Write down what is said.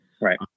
right